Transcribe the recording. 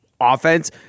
offense